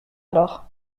alors